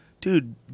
Dude